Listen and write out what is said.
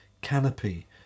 canopy